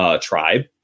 tribe